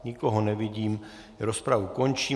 Nikoho nevidím, rozpravu končím.